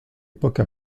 époque